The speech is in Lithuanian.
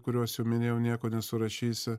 kuriuos jau minėjau nieko nesurašysi